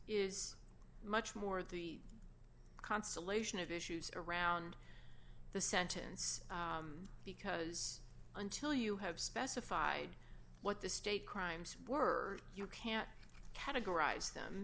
is much more the consolation of issues around the sentence because until you have specified what the state crimes were you can't categorize them